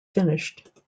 finished